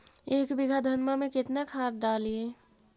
एक बीघा धन्मा में केतना खाद डालिए?